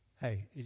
Hey